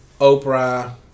Oprah